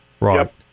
Right